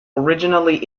originally